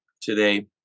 today